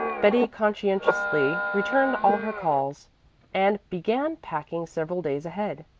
betty conscientiously returned all her calls and began packing several days ahead,